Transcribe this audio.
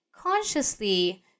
consciously